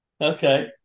Okay